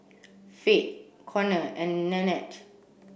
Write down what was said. Fate Conner and Nannette